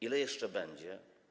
Ile jeszcze będzie?